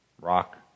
Rock